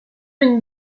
une